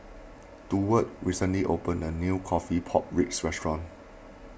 Durward recently opened a new Coffee Pork Ribs Restaurant